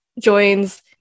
joins